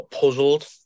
puzzled